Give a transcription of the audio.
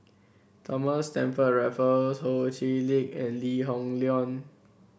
Thomas Stamford Raffles Ho Chee Lick and Lee Hoon Leong